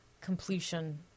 completion